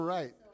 Right